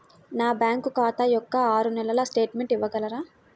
నా బ్యాంకు ఖాతా యొక్క ఆరు నెలల స్టేట్మెంట్ ఇవ్వగలరా?